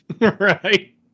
right